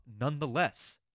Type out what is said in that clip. nonetheless